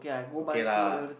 okay lah